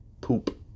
poop